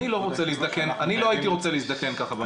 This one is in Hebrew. אני לא הייתי רוצה להזדקן ככה.